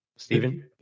Stephen